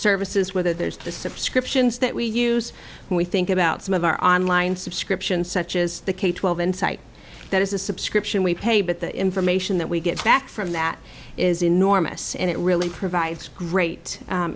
services whether there's the subscriptions that we use and we think about some of our online subscription such as the k twelve insight that is a subscription we pay but the information that we get back from that is enormous and it really provides great